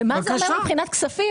ומה זה אומר מבחינת כספים,